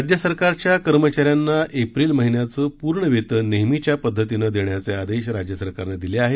राज्य सरकारच्या कर्मचाऱ्यांना एप्रिल महिन्याचं पूर्ण वेतन नेहमीच्या पदधतीनं देण्याचे आदेश सरकारनं दिले आहेत